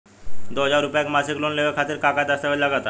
दो हज़ार रुपया के मासिक लोन लेवे खातिर का का दस्तावेजऽ लग त?